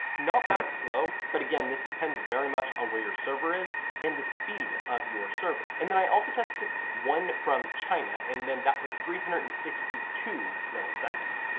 not that slow, but again, this depends very much on where your server is and the speed of your server. and then i also tested one from china and that was three hundred and sixty two milliseconds.